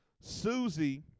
Susie